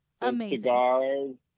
Amazing